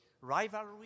rivalry